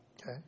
Okay